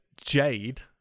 Jade